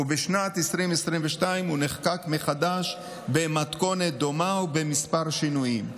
ובשנת 2022 הוא נחקק מחדש במתכונת דומה ובכמה שינויים.